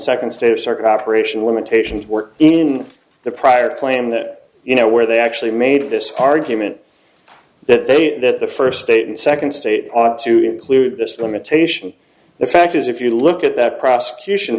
second state of sort of operation limitations were in the prior claim that you know where they actually made this argument that they that the first state and second state ought to include this the imitation the fact is if you look at that prosecution